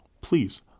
please